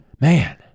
Man